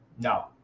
No